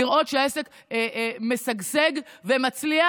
לראות שהעסק משגשג ומצליח,